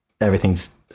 everything's